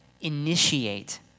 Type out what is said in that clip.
initiate